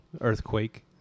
earthquake